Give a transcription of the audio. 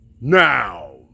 Now